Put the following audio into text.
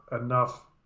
enough